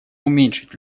уменьшить